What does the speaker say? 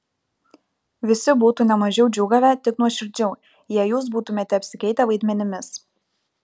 visi būtų ne mažiau džiūgavę tik nuoširdžiau jei jūs būtumėte apsikeitę vaidmenimis